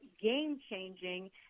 game-changing